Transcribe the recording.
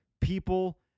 people